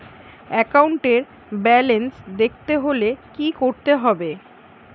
একাউন্টের ব্যালান্স দেখতে হলে কি করতে হবে?